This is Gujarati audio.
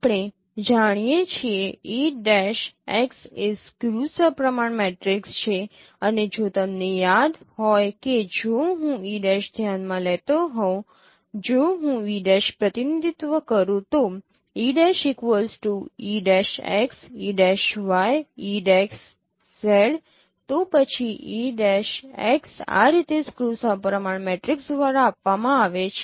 આપણે જાણીએ છીએ એ સ્ક્યૂ સપ્રમાણ મેટ્રિક્સ છે અને જો તમને યાદ હોય કે જો હું e' ધ્યાનમાં લેતો હોઉં જો હું e' પ્રતિનિધિત્વ કરું તો તો પછી આ રીતે સ્ક્યૂ સપ્રમાણ મેટ્રિક્સ દ્વારા આપવામાં આવે છે